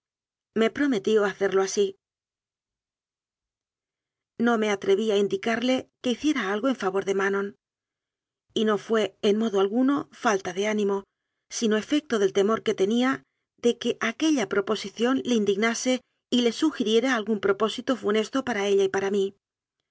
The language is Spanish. me prometió hacerlo así no me atreví a indicarte que hiciera algo en favor de manon y no fué en modo alguno falta de ánimo sino efecto del temor que tenía de que aquella proposición le indignase y le sugiriera al gún propósito funesto para ella y para mí